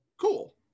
cool